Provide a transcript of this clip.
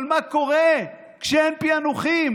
אבל מה קורה כשאין פיענוחים?